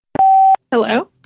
Hello